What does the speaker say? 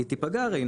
היא תיפגע הרי,